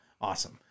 Awesome